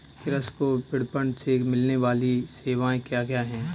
कृषि को विपणन से मिलने वाली सेवाएँ क्या क्या है